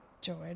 george